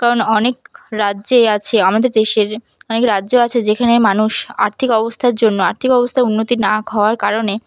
কারণ অনেক রাজ্যে আছে আমাদের দেশের অনেক রাজ্য আছে যেখানে মানুষ আর্থিক অবস্থার জন্য আর্থিক অবস্থা উন্নতি না হওয়ার কারণে